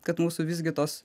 kad mūsų visgi tos